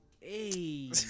Hey